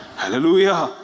Hallelujah